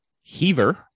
Heaver